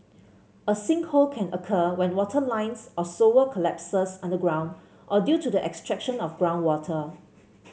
a sinkhole can occur when water lines or sewer collapses underground or due to the extraction of groundwater